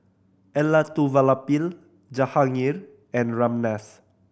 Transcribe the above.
Elattuvalapil Jahangir and Ramnath